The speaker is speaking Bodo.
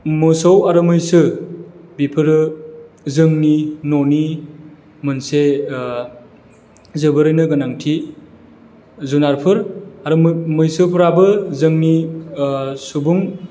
मोसौ आरो मैसो बेफोरो जोंनि न'नि मोनसे जोबोरैनो गोनांथि जुनारफोर आरो मैसोफोराबो जोंनि सुबुं